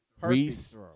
Reese